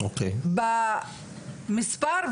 במספר,